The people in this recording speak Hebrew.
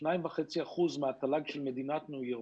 2.5% מהתל"ג של מדינת ניו יורק,